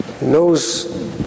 Knows